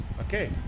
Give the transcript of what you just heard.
Okay